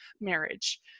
Marriage